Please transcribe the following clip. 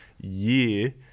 year